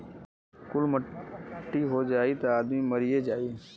कुल मट्टी हो जाई त आदमी मरिए जाई